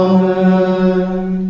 Amen